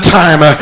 time